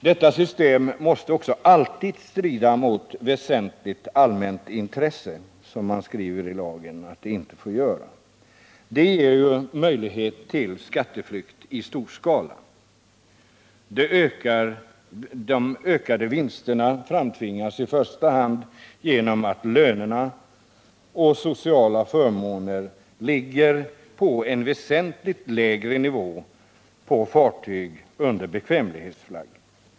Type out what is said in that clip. Detta system måste också alltid strida mot väsentligt allmänt intresse — som man skriver i lagen att det inte får göra. Det ger ju möjlighet till skatteflykt i stor skala. De ökade vinsterna framtvingas i första hand genom att löner och sociala förmåner ligger på en väsentligt lägre nivå på fartyg under bekvämlighetsflagg.